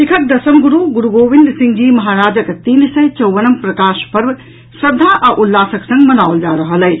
सिखक दसम गुरू गुरूगोविंद सिंहजी महाराजक तीन सय चौवनम प्रकाश पर्व श्रद्धा आ उल्लासक संग मनाओल जा रहल अछि